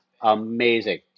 amazing